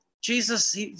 Jesus